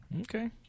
okay